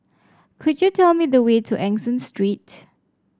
could you tell me the way to Eng Soon Street